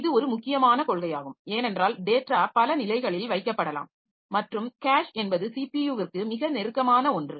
இது ஒரு முக்கியமான கொள்கையாகும் ஏனென்றால் டேட்டா பல நிலைகளில் வைக்கப்படலாம் மற்றும் கேஷ் என்பது சிபியுவுக்கு மிக நெருக்கமான ஒன்று